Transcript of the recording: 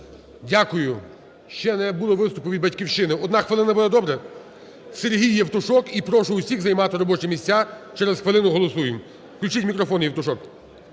Дякую. Ще не було виступу від "Батьківщини". Одна хвилина буде, добре? Сергій Євтушок. І прошу всіх займати робочі місця, через хвилину голосуємо. Включіть мікрофон. Євтушок.